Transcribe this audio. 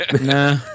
Nah